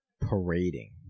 parading